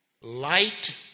Light